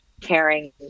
caring